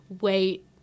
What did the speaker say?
wait